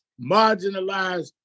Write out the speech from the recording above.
marginalized